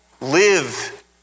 live